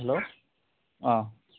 hello অ